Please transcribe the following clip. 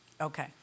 Okay